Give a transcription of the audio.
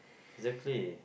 exactly